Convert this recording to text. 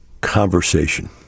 conversation